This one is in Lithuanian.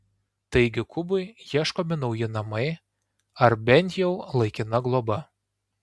taigi kubui ieškomi nauji namai ar bent jau laikina globa